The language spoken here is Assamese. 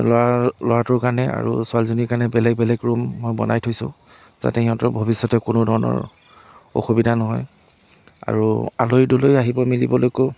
ল'ৰা ল'ৰাটোৰ কাৰণে আৰু ছোৱালীজনীৰ কাৰণে বেলেগ বেলেগ ৰুম মই বনাই থৈছোঁ যাতে সিহঁতৰ ভৱিষ্যতে কোনো ধৰণৰ অসুবিধা নহয় আৰু আলহী দুলহী আহিব মেলিবলৈকো